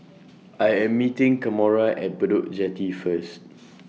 I Am meeting Kamora At Bedok Jetty First